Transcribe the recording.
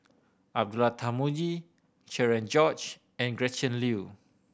Abdullah Tarmugi Cherian George and Gretchen Liu